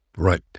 Right